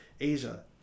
Asia